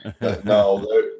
No